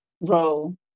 role